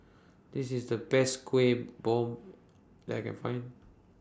This IS The Best Kueh Bom that Can Find